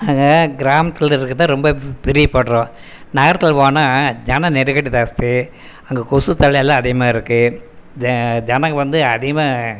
நாங்கள் கிராமத்தில் இருக்கதான் ரொம்ப பிரியப்படுறோம் நகரத்தில் போனால் ஜனம் நெருக்கடி ஜாஸ்தி அங்கே கொசுத் தொல்லையெல்லாம் அதிகமாக இருக்குது ஜ ஜனங்கள் வந்து அதிகமாக